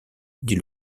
dit